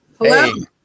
Hello